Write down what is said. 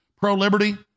pro-liberty